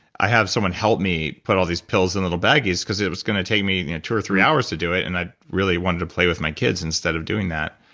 i have someone help me put all these pills in little baggies, because it was going to take me two or three hours to do it and i really wanted to play with my kids instead of doing that.